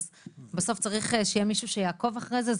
אז בסוף צריך שיהיה מישהו שיעקוב אחרי זה.